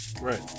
right